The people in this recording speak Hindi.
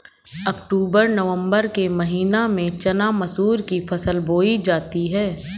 अक्टूबर नवम्बर के महीना में चना मसूर की फसल बोई जाती है?